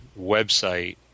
website